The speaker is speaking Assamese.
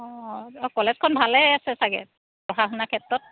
অঁ কলেজখন ভালেই আছে চাগে পঢ়া শুনা ক্ষেত্ৰত